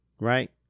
Right